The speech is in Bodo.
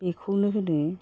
बेखौनो होनो